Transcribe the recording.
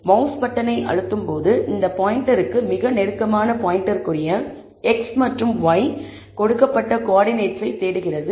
mouse பட்டனை அழுத்தும் போது இந்தப் பாயின்டருக்கு மிக நெருக்கமான பாயிண்ட்க்குரிய x மற்றும் y கொடுக்கப்பட்ட கோஆர்ட்டினேட்ஸ் ஐ தேடுகிறது